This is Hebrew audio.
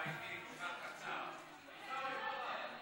ההצעה להעביר את